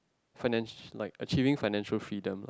finance like achieving financial freedom